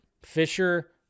Fisher